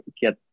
get